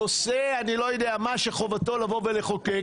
נושא שחובתו לבוא ולחוקק,